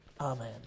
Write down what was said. Amen